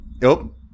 Nope